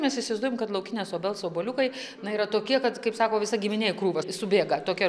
mes įsivaizduojam kad laukinės obels obuoliukai na yra tokie kad kaip sako visa giminė į krūvą subėga tokia